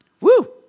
Woo